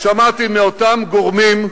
שמעתי מאותם גורמים,